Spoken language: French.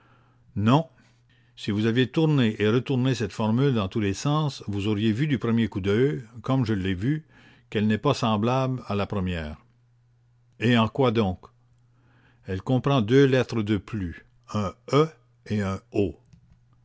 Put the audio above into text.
vous-même si vous aviez tourné et retourné cette formule dans tous les sens vous auriez vu du premier coup d'œil comme je l'ai vu qu'elle comprend deux lettres de plus que la première un e et un